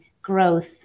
growth